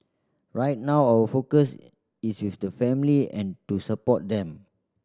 right now our focus is with the family and to support them